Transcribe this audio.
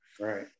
Right